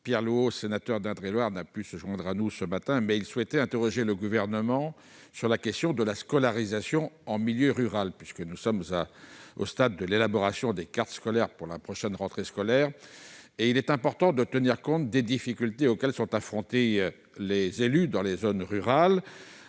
Pierre Louault, sénateur d'Indre-et-Loire, n'a pu se joindre à nous ce matin. Il souhaitait interroger le Gouvernement sur la question de la scolarisation en milieu rural, puisque nous sommes au stade de l'élaboration des cartes scolaires pour la prochaine rentrée scolaire. Il est important de tenir compte des difficultés auxquelles sont confrontés les élus dans les zones rurales,